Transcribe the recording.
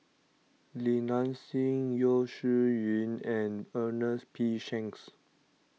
Li Nanxing Yeo Shih Yun and Ernest P Shanks